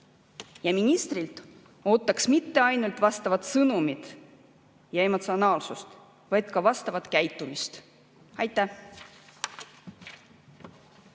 Ministrilt ootaks mitte ainult vastavat sõnumit ja emotsionaalsust, vaid ka vastavat käitumist. Aitäh!